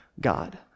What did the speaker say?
God